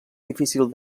difícil